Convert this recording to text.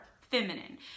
feminine